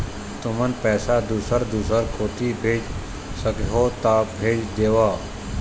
तुमन पैसा दूसर दूसर कोती भेज सखीहो ता भेज देवव?